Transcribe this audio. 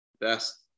best